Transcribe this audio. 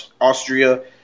Austria